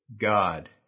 God